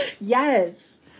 Yes